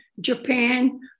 Japan